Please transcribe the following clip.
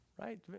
Right